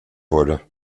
wurde